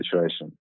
situation